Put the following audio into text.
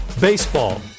Baseball